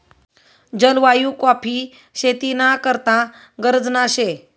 जलवायु काॅफी शेती ना करता गरजना शे